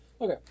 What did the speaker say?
okay